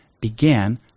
began